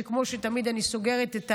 שכמו שתמיד אני סוגרת את המליאה,